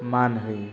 मान होयो